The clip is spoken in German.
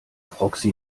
proxy